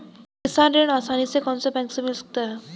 किसान ऋण आसानी से कौनसे बैंक से मिल सकता है?